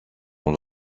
dans